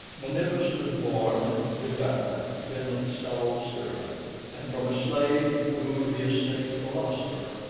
menippus was born at gadara in coele-syria, and from a slave he grew to be a cynic philosopher,